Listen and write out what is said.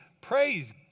praise